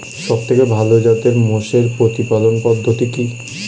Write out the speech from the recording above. সবথেকে ভালো জাতের মোষের প্রতিপালন পদ্ধতি কি?